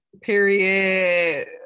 period